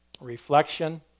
Reflection